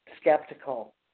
skeptical